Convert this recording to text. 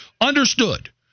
Understood